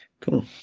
Cool